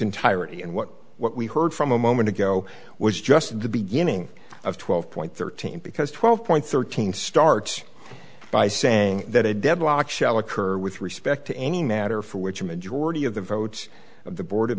entirety and what what we heard from a moment ago was just the beginning of twelve point thirteen because twelve point thirteen starts by saying that a deadlock shall occur with respect to any matter for which a majority of the votes of the board